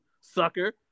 sucker